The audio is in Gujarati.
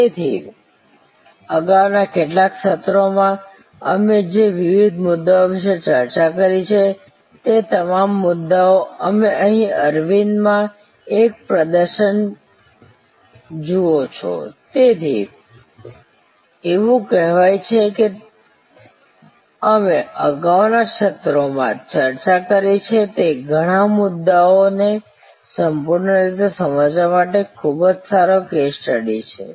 તેથી અગાઉના કેટલાક સત્રોમાં અમે જે વિવિધ મુદ્દાઓ વિશે વાત કરી છે તે તમામ મુદ્દાઓ તમે અહીં અરવિંદમાં એક પ્રદર્શન જુઓ છો તેથી એવું કહેવાય છે કે અમે અગાઉના સત્રોમાં ચર્ચા કરી છે તે ઘણા મુદ્દાઓને સંપૂર્ણ રીતે સમજવા માટે ખૂબ જ સારો કેસ સ્ટડી છે